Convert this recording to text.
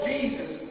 Jesus